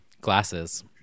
glasses